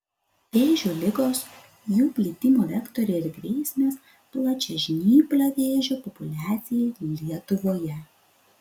vėžių ligos jų plitimo vektoriai ir grėsmės plačiažnyplio vėžio populiacijai lietuvoje